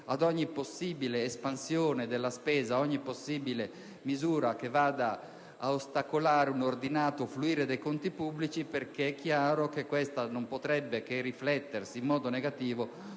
ad ogni possibile espansione della spesa, ad ogni possibile misura che vada ad ostacolare un ordinato fluire dei conti pubblici, perché è chiaro che questo non potrebbe che riflettersi in modo negativo